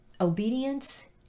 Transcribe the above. obedience